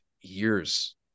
years